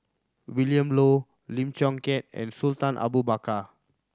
Willin Low Lim Chong Keat and Sultan Abu Bakar